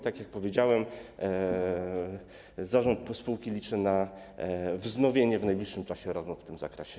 Tak jak powiedziałem, zarząd spółki liczy na wznowienie w najbliższym czasie rozmów w tym zakresie.